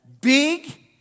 big